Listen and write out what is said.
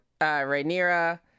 Rhaenyra